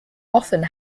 often